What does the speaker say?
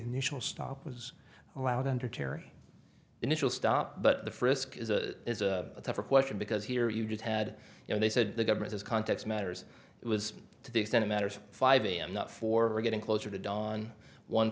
initial stop was allowed under terry initial stop but the frisk is a is a tougher question because here you just had you know they said the government is context matters it was to the extent of matters of five am not for getting closer to dawn one